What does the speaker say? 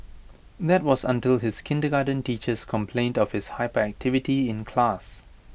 that was until his kindergarten teachers complained of his hyperactivity in class